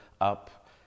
up